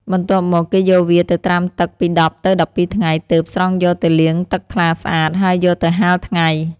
បន្ទាប់មក គេយកវាទៅត្រាំទឹកពី ១០ ទៅ ១២ ថ្ងៃ ទើប ស្រង់យកទៅលាងទឹកថ្លាស្អាត ហើយយកទៅហាលថ្ងៃ ។